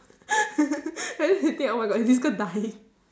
later they think oh my god is this girl dying